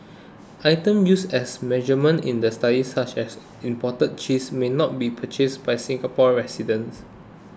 items used as a measurement in the study such as imported cheese may also not be purchased by Singapore residents